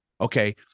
Okay